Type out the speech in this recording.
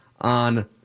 on